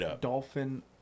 Dolphin